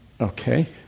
okay